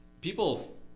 People